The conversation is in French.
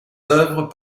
œuvres